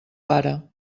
pare